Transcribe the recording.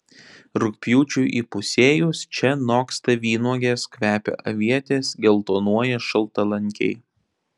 rugpjūčiui įpusėjus čia noksta vynuogės kvepia avietės geltonuoja šaltalankiai